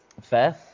fair